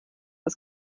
das